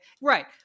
Right